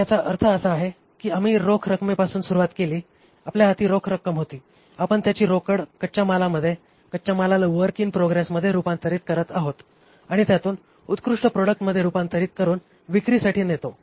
तर याचा अर्थ असा की आम्ही रोख रकमेपासून सुरुवात केली आपल्या हाती रोख रक्कम होती आपण त्याची रोकड कच्च्या मालामध्ये कच्च्या मालाला वर्क इन प्रोग्रेसमध्ये रूपांतरित करत आहोत आणि त्यातून उत्कृष्ट प्रॉडक्ट्समध्ये रूपांतरित करून विक्रीसाठी नेतो